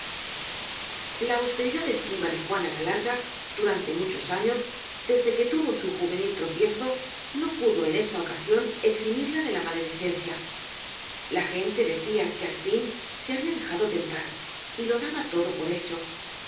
la austeridad esquiva de juana la larga du rante muchos años desde que tuvo su juvenil tro piezo no pudo en esta ocasión eximirla de la ma ledicencia la gente decía que al fin se había de jado tentar y lo daba todo por hecho